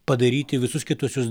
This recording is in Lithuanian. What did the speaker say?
padaryti visus kietuosius